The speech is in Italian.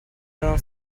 erano